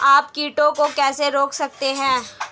आप कीटों को कैसे रोक सकते हैं?